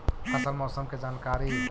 फसल मौसम के जानकारी?